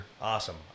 Awesome